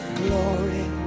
glory